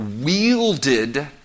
wielded